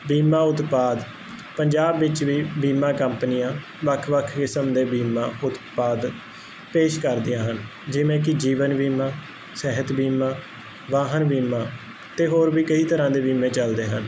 ਬੀਮਾ ਉਤਪਾਦ ਪੰਜਾਬ ਵਿੱਚ ਵੀ ਬੀਮਾ ਕੰਪਨੀਆਂ ਵੱਖ ਵੱਖ ਕਿਸਮ ਦੇ ਬੀਮਾ ਉਤਪਾਦ ਪੇਸ਼ ਕਰਦੀਆਂ ਹਨ ਜਿਵੇਂ ਕੀ ਜੀਵਨ ਬੀਮਾ ਸਿਹਤ ਬੀਮਾ ਵਾਹਨ ਬੀਮਾ ਤੇ ਹੋਰ ਵੀ ਕਈ ਤਰ੍ਹਾਂ ਦੇ ਬੀਮੇ ਚੱਲਦੇ ਹਨ